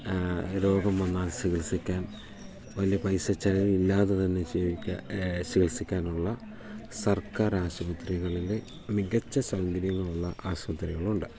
രോഗം വന്നാൽ ചികിത്സിക്കാൻ വലിയ പൈസ ചിലവില്ലാതെ തന്നെ ജീവിക്കാൻ ചികിത്സിക്കാനുള്ള സർക്കാർ ആശുപത്രികളിൽ മികച്ച സൗകര്യങ്ങളുള്ള ആശുപത്രികളുണ്ട്